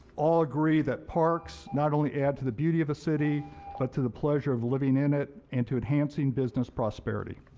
all agree that parks not only add to the beauty of a city but to the pleasure of living in it and to enhances business prosperity.